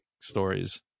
stories